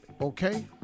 Okay